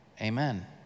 amen